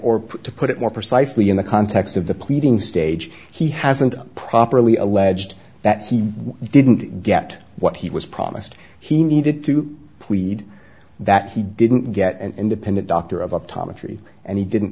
put to put it more precisely in the context of the pleading stage he hasn't properly alleged that he didn't get what he was promised he needed to plead that he didn't get an independent doctor of optometry and he didn't